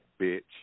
bitch